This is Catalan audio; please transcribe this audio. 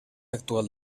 actual